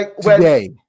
Today